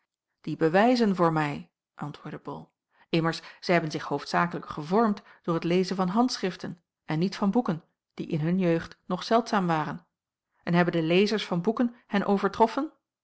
die bewijzen voor mij antwoordde bol immers zij hebben zich hoofdzakelijk gevormd door t lezen van handschriften en niet van boeken die in hun jeugd nog zeldzaam waren en hebben de lezers van boeken hen overtroffen